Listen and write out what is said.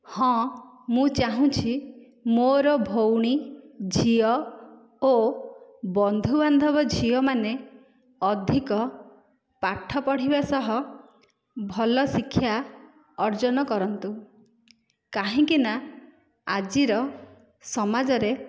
ହଁ ମୁଁ ଚାହୁଁଛି ମୋର ଭଉଣୀ ଝିଅ ଓ ବନ୍ଧୁବାନ୍ଧବ ଝିଅମାନେ ଅଧିକ ପାଠ ପଢ଼ିବା ସହ ଭଲ ଶିକ୍ଷା ଅର୍ଜନ କରନ୍ତୁ କାହିଁକିନା ଆଜିର ସମାଜରେ